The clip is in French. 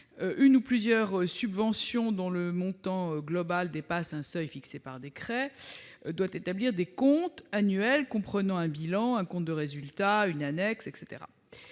une ou plusieurs subventions dont le montant global dépasse un seuil fixé par décret doit établir des comptes annuels comprenant un bilan, un compte de résultat et une annexe.